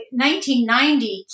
1990